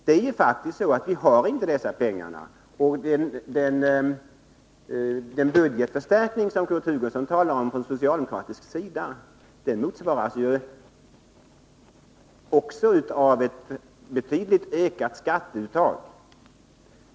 Vi har faktiskt inte de pengar det gäller, och den av socialdemokraterna anvisade budgetförstärkning som Kurt Hugosson talar om motsvaras ju av ett betydligt ökat skatteuttag.